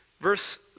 Verse